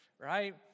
right